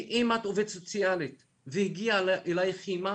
כי אם את עובדת סוציאלית והגיעה אלייך אימא